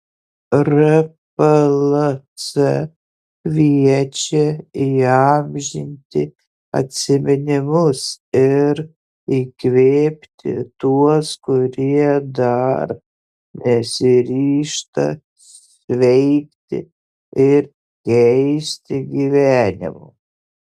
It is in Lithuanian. rplc kviečia įamžinti atsiminimus ir įkvėpti tuos kurie dar nesiryžta sveikti ir keisti gyvenimo